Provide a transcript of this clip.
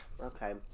Okay